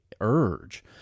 urge